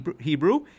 Hebrew